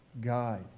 guide